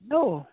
hello